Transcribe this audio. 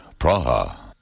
Praha